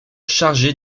chargé